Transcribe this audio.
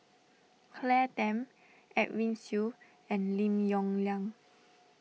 Claire Tham Edwin Siew and Lim Yong Liang